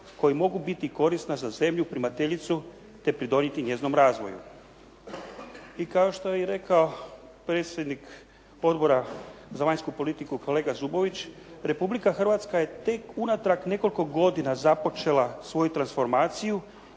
koji mogu biti korisna za zemlju primateljicu te pridonijeti njezinom razvoju. I kao što je i rekao predsjednik Odbora za vanjsku politiku kolega Zubović Republika Hrvatska je tek unatrag nekoliko godina započela svoju transformaciju